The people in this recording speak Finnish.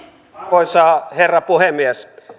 arvoisa herra puhemies